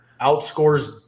outscores